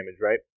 right